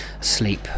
sleep